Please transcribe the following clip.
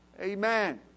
Amen